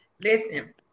Listen